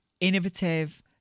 innovative